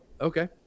okay